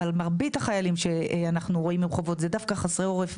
אבל מרבית החיילים שאנחנו רואים עם חובות זה דווקא חסרי עורף,